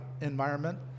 environment